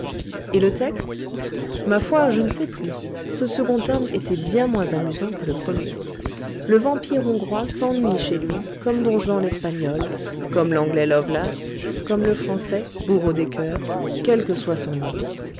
et le texte ma foi je ne sais plus ce second tome était bien moins amusant que le premier le vampire hongrois s'ennuie chez lui comme don juan l'espagnol comme l'anglais lovelace comme le français bourreau des coeurs quel que soit son nom